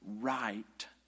right